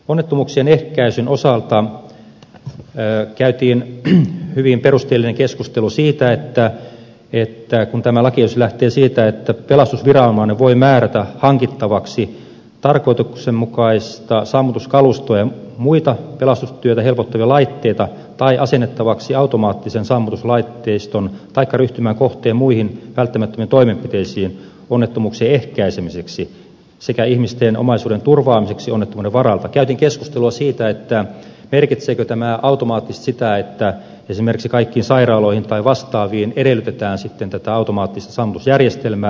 onnettomuuksien ehkäisyn osalta käytiin hyvin perusteellinen keskustelu siitä kun tämä lakiesitys lähtee siitä että pelastusviranomainen voi määrätä hankittavaksi tarkoituksenmukaista sammutuskalustoa ja muita pelastustyötä helpottavia laitteita tai asennettavaksi automaattisen sammutuslaitteiston taikka ryhtymään muihin välttämättömiin toimenpiteisiin onnettomuuksien ehkäisemiseksi sekä ihmisten omaisuuden turvaamiseksi onnettomuuden varalta merkitseekö tämä automaattisesti sitä että esimerkiksi kaikkiin sairaaloihin tai vastaaviin edellytetään sitten tätä automaattista sammutusjärjestelmää